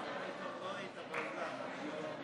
בבקשה, גברתי.